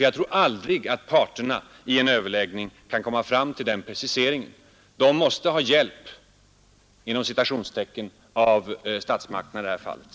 Jag tror inte att parterna någonsin vid överläggningar kan komma fram till den preciseringen. De måste ha ”hjälp” av statsmakterna i det fallet.